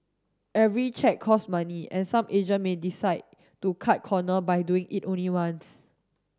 every check cost money and some agent may decide to cut corner by doing it only once